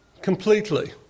Completely